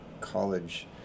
college